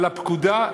תיקון הפקודה,